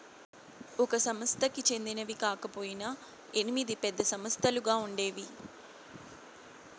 ఒక సంస్థకి చెందినవి కాకపొయినా ఎనిమిది పెద్ద సంస్థలుగా ఉండేవి